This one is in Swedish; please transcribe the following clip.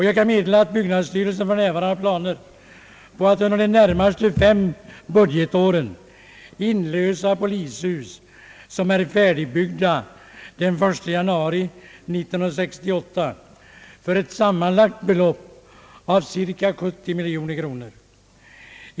Jag kan meddela att byggnadsstyrelsen för närvarande har planer på att under de närmaste fem budgetåren inlösa polishus som är färdigbyggda den 1 januari 1968 för ett sammanlagt belopp av cirka 70 miljoner kronor.